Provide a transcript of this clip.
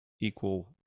equal